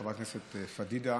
חברת הכנסת פדידה,